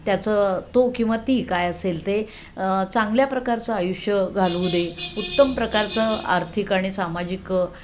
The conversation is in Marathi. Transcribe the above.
त्याचं तो किंवा ती काय असेल ते चांगल्या प्रकारचं आयुष्य घालवू दे उत्तम प्रकारचं आर्थिक आणि सामाजिक